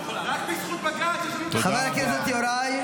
בבקשה, אדוני.